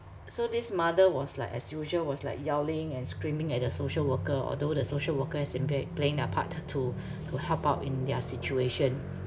so this mother was like as usual was like yelling and screaming at the social worker although the social worker has been play~ has been playing their part to to help out in their situation